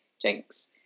drinks